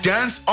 Dance